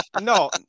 no